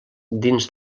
dins